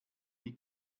die